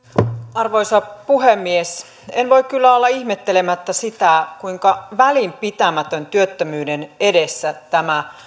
arvoisa puhemies en voi kyllä olla ihmettelemättä sitä kuinka välinpitämätön työttömyyden edessä tämä